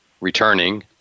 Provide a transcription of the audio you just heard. returning